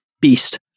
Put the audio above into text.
beast